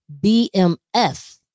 BMF